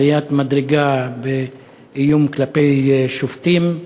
עליית מדרגה באיום כלפי שופטים.